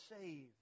save